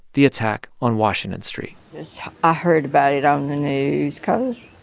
the attack on washington street i heard about it on the news cause,